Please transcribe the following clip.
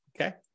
Okay